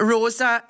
Rosa